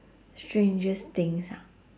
strangest things ah